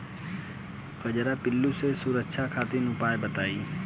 कजरा पिल्लू से सुरक्षा खातिर उपाय बताई?